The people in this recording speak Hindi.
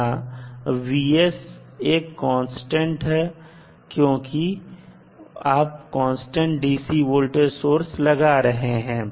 यहां एक कांस्टेंट है क्योंकि आप कांस्टेंट DC वोल्टेज सोर्स लगा रहे हैं